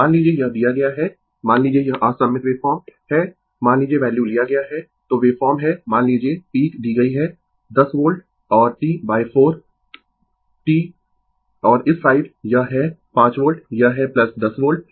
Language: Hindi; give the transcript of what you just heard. Refer Slide Time 2216 मान लीजिए यह दिया गया है मान लीजिए यह असममित वेवफॉर्म है मान लीजिए वैल्यू ली गयी है तो वेवफॉर्म है मान लीजिए पीक दी गयी है 10 वोल्ट और T 4 T और इस साइड यह है 5 वोल्ट यह है 10 वोल्ट